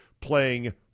playing